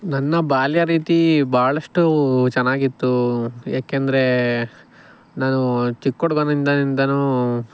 ನನ್ನ ಬಾಲ್ಯ ರೀತಿ ಬಹಳಷ್ಟು ಚೆನ್ನಾಗಿತ್ತು ಏಕೆಂದರೆ ನಾನು ಚಿಕ್ಕ ಹುಡ್ಗನಿಂದ ಇಂದನೂ